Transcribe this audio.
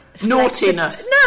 Naughtiness